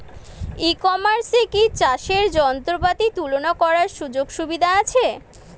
ই কমার্সে কি চাষের যন্ত্রপাতি তুলনা করার সুযোগ সুবিধা আছে?